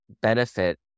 benefit